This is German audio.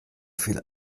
viel